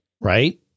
Right